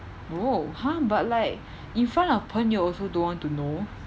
oh !huh! but like in front of 朋友 also don't want to know